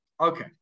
Okay